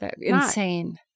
insane